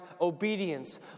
obedience